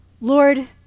Lord